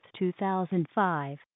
2005